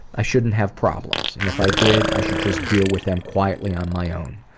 i shouldn't have problems, and if i did, i should just deal with them quietly on my own.